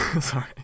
Sorry